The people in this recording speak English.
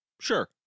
Sure